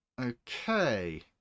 Okay